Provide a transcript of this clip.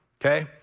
okay